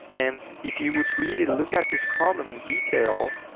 and if you would really look at this problem in detail,